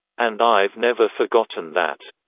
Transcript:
and i've never forgotten that.